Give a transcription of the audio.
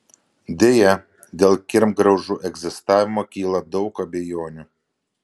deja dėl kirmgraužų egzistavimo kyla daug abejonių